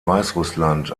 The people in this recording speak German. weißrussland